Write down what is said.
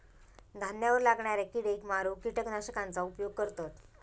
धान्यावर लागणाऱ्या किडेक मारूक किटकनाशकांचा उपयोग करतत